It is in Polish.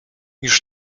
już